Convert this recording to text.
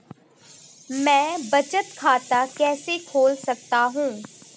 मैं बचत खाता कैसे खोल सकता हूँ?